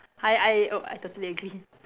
I I oh I totally agree